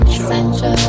Essential